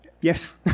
Yes